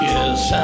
Yes